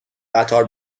قطار